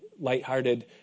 lighthearted